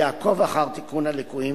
יעקוב אחר תיקון הליקויים